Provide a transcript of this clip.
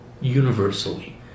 universally